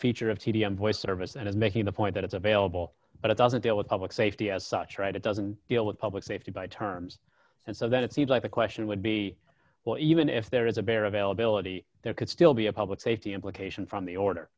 feature of tedium voice service that is making the point that it's available but it doesn't deal with public safety as such right it doesn't deal with public safety by terms so that it seems like the question would be well even if there is a bare availability there could still be a public safety implication from the order